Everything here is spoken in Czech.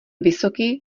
vysoký